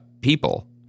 people